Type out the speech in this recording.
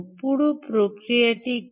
পুরো প্রক্রিয়াটি কী